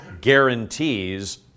guarantees